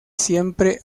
siempre